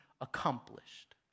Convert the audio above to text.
accomplished